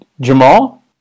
Jamal